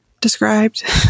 described